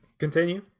Continue